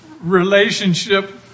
relationship